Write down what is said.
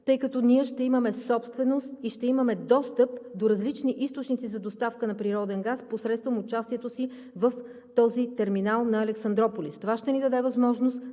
тъй като ние ще имаме собственост и ще имаме достъп до различни източници за доставка на природен газ посредством участието си в този терминал на Александруполис. Това ще ни даде възможност